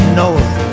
north